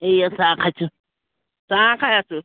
এয়া চাহ খাইছোঁ চাহ খাই আছো